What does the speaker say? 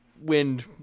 wind